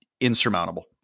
insurmountable